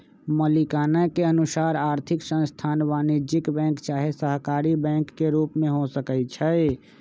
मलिकाना के अनुसार आर्थिक संस्थान वाणिज्यिक बैंक चाहे सहकारी बैंक के रूप में हो सकइ छै